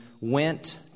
went